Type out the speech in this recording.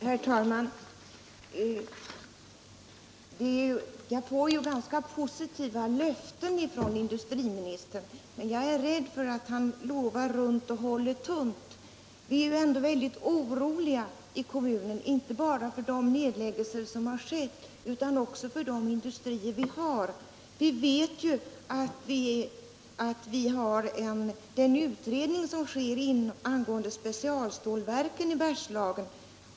Herr talman! Jag får ganska positiva löften av industriministern, men jag är rädd att han lovar runt och håller tunt. Vi är i kommunen mycket oroliga, inte bara på grund av de nedläggningar som gjorts utan också för de industrier vi har. Vi vet att det pågår en utredning angående specialstålverken i Bergslagen.